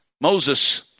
Moses